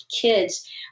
kids